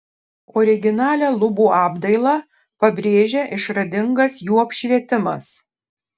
originalią lubų apdailą pabrėžia išradingas jų apšvietimas